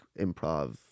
improv